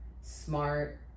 smart